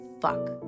fuck